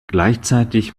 gleichzeitig